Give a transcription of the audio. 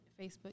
Facebook